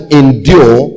endure